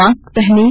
mask पहनें